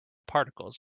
particles